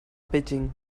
pitching